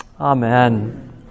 Amen